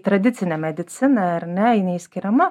tradicinę mediciną ar ne ji neišskiriama